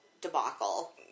debacle